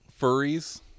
furries